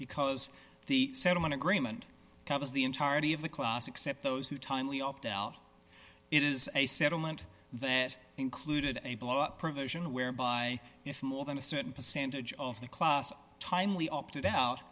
because the settlement agreement covers the entirety of the class except those who timely opt out it is a settlement that included a blow up provision whereby if more than a certain percentage of the club timely opted out